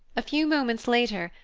a few moments later,